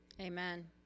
Amen